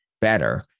better